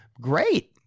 great